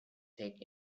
take